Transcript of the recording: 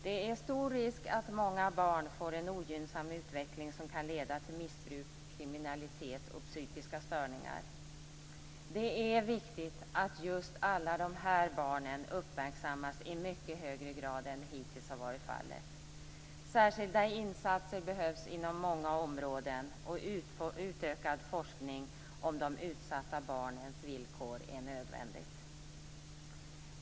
Det är stor risk att många barn får en ogynnsam utveckling som kan leda till missbruk, kriminalitet och psykiska störningar. Det är viktigt att just alla dessa barn uppmärksammas i mycket högre grad än vad som hittills har varit fallet. Särskilda insatser behövs inom många områden och utökad forskning om de utsatta barnens villkor är nödvändigt.